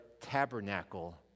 tabernacle